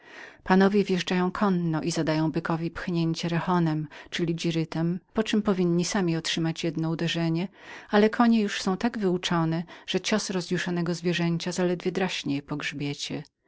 panowie wjeżdżają konno i zadają bykowi jeden raz rehhonem czyli dzirytem poczem powinni sami otrzymać jedno uderzenie ale konie już są tak wyuczone że cios rozjuszonego zwierzęcia zaledwie draśnie je po grzbiecie